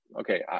okay